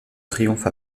triomphe